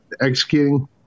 executing